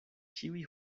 ĉiuj